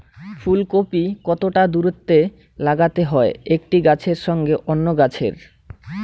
ফুলকপি কতটা দূরত্বে লাগাতে হয় একটি গাছের সঙ্গে অন্য গাছের?